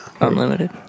Unlimited